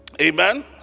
Amen